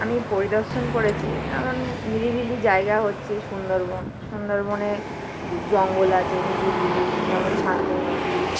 আমি পরিদর্শন করেছি এমন নিরিবিলি জায়গা হচ্ছে সুন্দরবন সুন্দরবনে জঙ্গল আছে নিরিবিলি যেমন শান্ত নদী